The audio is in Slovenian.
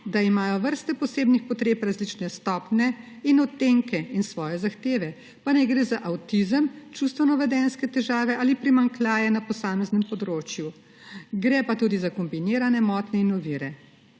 da imajo vrste posebnih potreb različne stopnje in odtenke in svoje zahteve, pa naj gre za avtizem, čustveno-vedenjske težave ali primanjkljaje na posameznem področju. Gre pa tudi za kombinirane motnje in ovire.